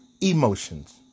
Emotions